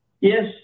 Yes